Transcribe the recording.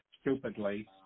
stupidly